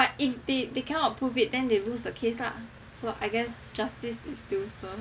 because but if they they cannot prove it then they lose the case lah so I guess justice is still served